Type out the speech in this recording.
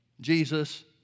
Jesus